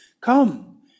Come